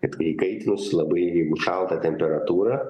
net kai įkaitinus labai šalta temperatūra